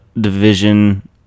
division